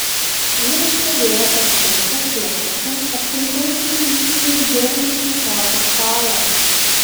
vyrai sėdėjo patogiuose krėsluose aplink gausiai maistu ir gėrimais nukrautą stalą